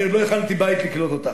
אני עוד לא הכנתי בית לקלוט אותך.